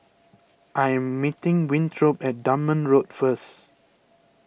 I am meeting Winthrop at Dunman Road first